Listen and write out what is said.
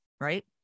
right